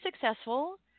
successful